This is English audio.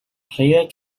player